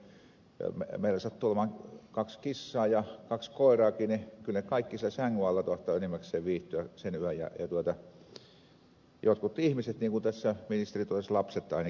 sitten kun meillä sattuu olemaan kaksi kissaa ja kaksi koiraakin niin kyllä ne kaikki siellä sängyn alla tahtovat enimmäkseen viihtyä sen yön ja jotkut ihmiset niin kuin tässä ministeri totesi lapset ainakin pelkäävät